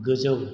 गोजौ